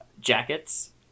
jackets